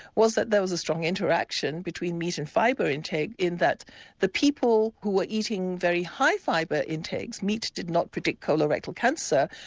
was that there was a strong interaction between meat and fibre intake in that the people who were eating very high fibre intakes, meat did not predict colorectal cancer,